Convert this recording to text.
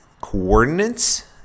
coordinates